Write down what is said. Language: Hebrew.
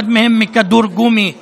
אחד מהם נפגע מכדור גומי בעינו.